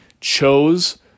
chose